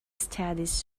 studies